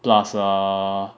plus err